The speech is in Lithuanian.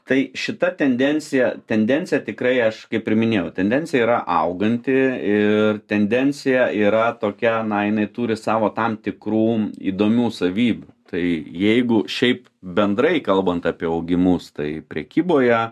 tai šita tendencija tendencija tikrai aš kaip ir minėjau tendencija yra auganti ir tendencija yra tokia na jinai turi savo tam tikrų įdomių savybių tai jeigu šiaip bendrai kalbant apie augimus tai prekyboje